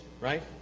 Right